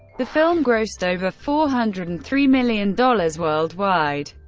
the film grossed over four hundred and three million dollars worldwide.